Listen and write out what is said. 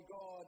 God